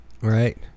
Right